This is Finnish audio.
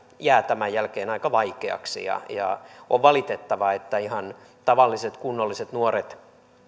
jää tämän jälkeen aika vaikeaksi ja ja on valitettavaa että ihan tavalliset kunnolliset nuoret